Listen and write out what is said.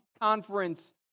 conference